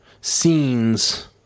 scenes